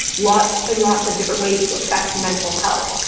lots and lots of different ways to affect mental health.